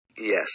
Yes